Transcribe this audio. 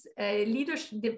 leadership